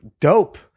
dope